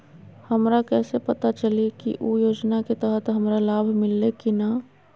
हमरा कैसे पता चली की उ योजना के तहत हमरा लाभ मिल्ले की न?